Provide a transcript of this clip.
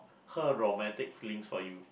her romantic feelings for you